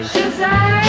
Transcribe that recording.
Shazam